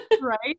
right